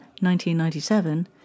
1997